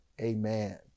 amen